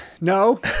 No